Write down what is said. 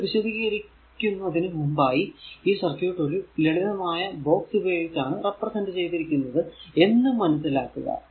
ഇത് വിശദീകരിക്കുന്നതിനു മുമ്പായി ഈ സർക്യൂട് ഒരു ലളിതമായ ബോക്സ് ഉപയോഗിച്ചാണ് റെപ്രെസെന്റ് ചെയ്തിരിക്കുന്നത് എന്ന് മനസിലാക്കുക